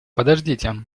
подождите